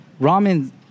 ramen